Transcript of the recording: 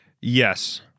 Yes